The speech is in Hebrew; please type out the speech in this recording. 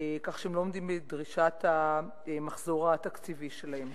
כך שהם לא עומדים בדרישת המחזור התקציבי שלהם.